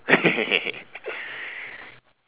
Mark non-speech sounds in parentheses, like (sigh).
(laughs)